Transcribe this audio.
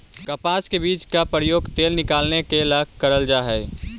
कपास के बीज का प्रयोग तेल निकालने के ला करल जा हई